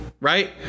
right